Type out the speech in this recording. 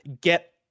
get